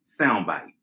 soundbite